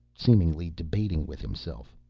seemingly debating with himself.